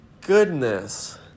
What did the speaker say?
goodness